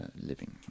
living